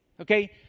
Okay